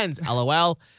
LOL